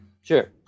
Sure